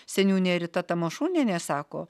seniūnė rita tamašunienė sako